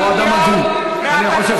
יעלה חבר הכנסת רונן הופמן, ואחריו,